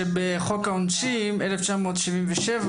שבחוק העונשין 1977,